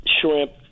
shrimp